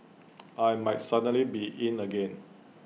I might suddenly be 'in' again